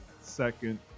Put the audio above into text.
second